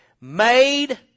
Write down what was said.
made